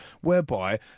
whereby